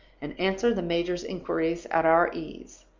and answer the major's inquiries at our ease.